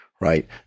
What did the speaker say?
right